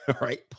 right